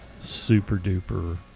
super-duper